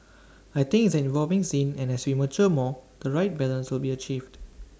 I think it's an evolving scene and as we mature more the right balance will be achieved